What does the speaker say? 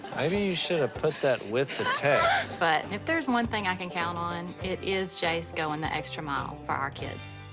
i mean you should've put that with the text. but if there's one thing i can count on, it is jase going the extra mile for our kids.